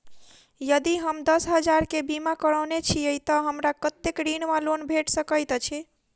यदि हम दस हजार केँ बीमा करौने छीयै तऽ हमरा कत्तेक ऋण वा लोन भेट सकैत अछि?